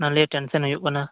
ᱚᱱᱟ ᱞᱤᱭᱮ ᱴᱮᱱᱥᱮᱱ ᱦᱩᱭᱩᱜ ᱠᱟᱱᱟ